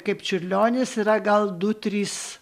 kaip čiurlionis yra gal du trys